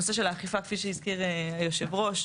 הנושא של האכיפה, כפי שהזכיר יושב הראש,